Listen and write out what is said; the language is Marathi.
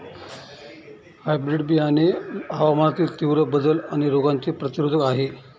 हायब्रीड बियाणे हवामानातील तीव्र बदल आणि रोगांचे प्रतिरोधक आहे